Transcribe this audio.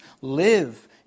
Live